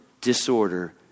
disorder